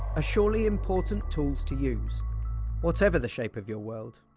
ah surely important tools to use whatever the shape of your world.